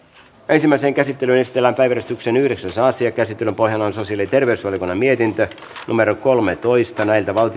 ensimmäiseen käsittelyyn esitellään päiväjärjestyksen yhdeksäs asia käsittelyn pohjana on sosiaali ja terveysvaliokunnan mietintö kolmetoista